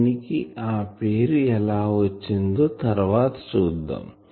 దీనికి ఈ పేరు ఎలా వచ్చిందో తర్వాత చూద్దాం